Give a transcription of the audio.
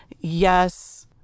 yes